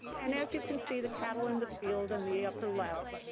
and as you can see, the cattle in the field in the upper left,